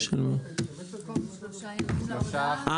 עד 12. מי בעד?